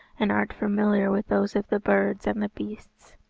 and art familiar with those of the birds and the beasts.